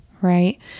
right